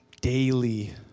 daily